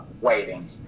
waiting